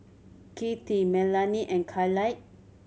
Kittie Melanie and Kyleigh